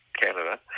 Canada